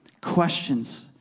Questions